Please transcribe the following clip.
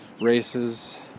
races